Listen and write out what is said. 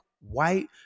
white